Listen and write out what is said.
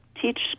teach